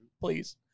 Please